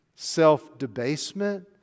self-debasement